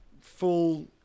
full